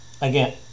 again